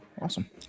Awesome